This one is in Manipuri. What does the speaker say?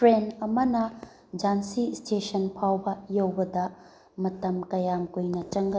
ꯇ꯭ꯔꯦꯟ ꯑꯃꯅ ꯖꯥꯟꯁꯤ ꯏꯁꯇꯦꯁꯟ ꯐꯥꯎꯕ ꯌꯧꯕꯗ ꯃꯇꯝ ꯀꯌꯥꯝ ꯀꯨꯏꯅ ꯆꯪꯒꯅꯤ